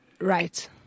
Right